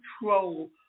control